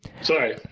Sorry